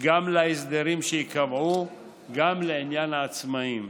גם להסדרים שייקבעו לעניין העצמאיים.